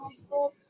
homeschooled